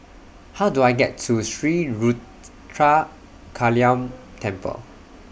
How Do I get to Sri Ruthra Kaliamman Temple